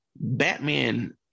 Batman